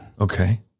Okay